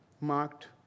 marked